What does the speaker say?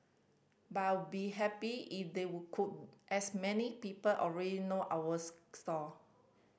but I would be happy if they would could as so many people already know our stall